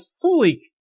fully